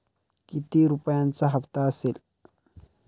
किती रुपयांचा हप्ता असेल?